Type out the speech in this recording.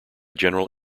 general